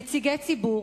נציגי ציבור.